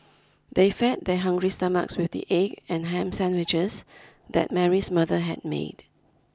they fed their hungry stomachs with the egg and ham sandwiches that Mary's mother had made